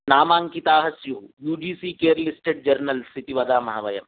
नामाङ्किताः स्युः U G C care listed journals इति वदामः वयं